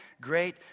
great